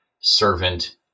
servant